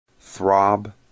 throb